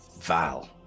Val